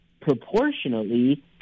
proportionally